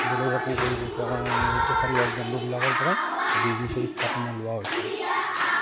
বেলেগ একো কৰিব পৰা তেখেত লগৰ বন্ধুবিলাকৰপৰাই বিজনেছৰ শিক্ষাটো মই লোৱা হৈছিলে তাৰমানে